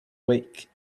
week